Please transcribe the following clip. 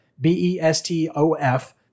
B-E-S-T-O-F